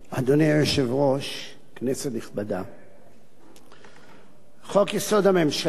אדוני היושב-ראש, כנסת נכבדה, חוק-יסוד: הממשלה